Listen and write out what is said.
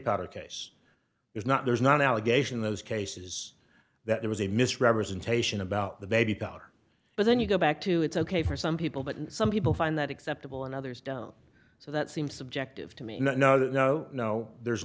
powder case it's not there's not allegation those cases that there was a misrepresentation about the baby powder but then you go back to it's ok for some people but some people find that acceptable and others don't so that seems subjective to me no no no no there's